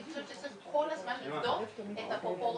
אני חושבת שצריך כל הזמן לבדוק את הפרופורציות,